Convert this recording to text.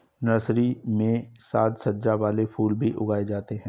nursery में साज सज्जा वाले फूल भी उगाए जाते हैं